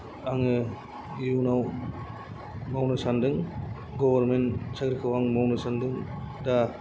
आङो इयुनाव मावनो सानदों गभर्नमेन्ट साख्रिखौ आं मावनो सानदों दा